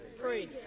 free